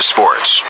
Sports